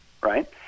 right